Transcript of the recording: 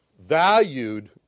valued